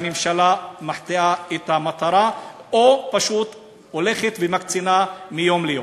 והממשלה מחטיאה את המטרה או פשוט הולכת ומקצינה מיום ליום.